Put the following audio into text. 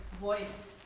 voice